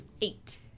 Eight